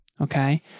Okay